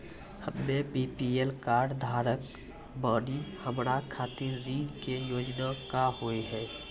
हम्मे BPL card धारक बानि हमारा खातिर ऋण के योजना का होव हेय?